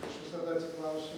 aš visada atsiklausiu